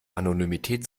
anonymität